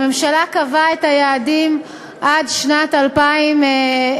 הממשלה קבעה את היעדים עד שנת 2016,